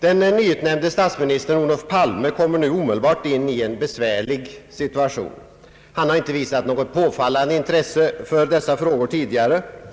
Den nyutnämnde statsministern Olof Palme kommer nu omedelbart in i en besvärlig situation. Han har inte visat något påfallande intresse för dessa frågor tidigare.